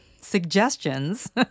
suggestions